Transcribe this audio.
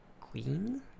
queen